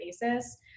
basis